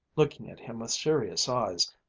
looking at him with serious eyes,